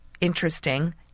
interesting